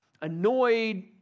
annoyed